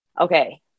okay